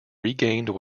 regained